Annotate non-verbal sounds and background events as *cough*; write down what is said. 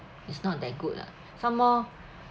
is not that good ah *breath* some more